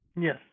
Yes